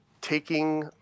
taking